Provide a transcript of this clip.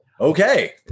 okay